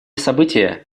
события